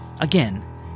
Again